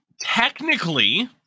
technically